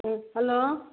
ꯎꯝ hello